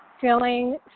feeling